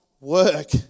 work